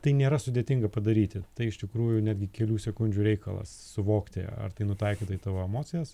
tai nėra sudėtinga padaryti tai iš tikrųjų netgi kelių sekundžių reikalas suvokti ar tai nutaikyta į tavo emocijas